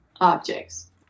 objects